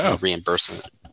reimbursement